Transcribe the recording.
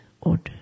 order